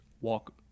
walk